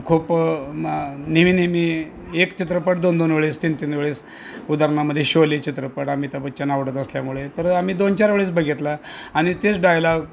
खूप मा नेहमी नेहमी एक चित्रपट दोन दोन वेळेस तीन तीन वेळेस उदाहरणामध्ये शोले चित्रपट अमिताभ बच्चन आवडत असल्यामुळे तर आम्ही दोन चार वेळेस बगितला आणि तेच डायलॉग